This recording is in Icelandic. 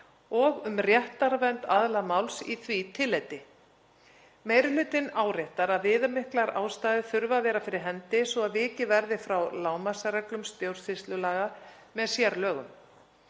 og um réttarvernd aðila máls í því tilliti. Meiri hlutinn áréttar að viðamiklar ástæður þurfi að vera fyrir hendi svo að vikið verði frá lágmarksreglum stjórnsýslulaga með sérlögum.